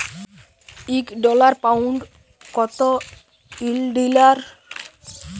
ইক dollar, pound কত ইলডিয়াল টাকা হ্যয়